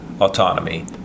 autonomy